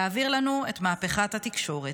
להעביר לנו את מהפכת התקשורת.